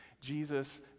Jesus